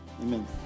Amen